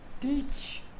teach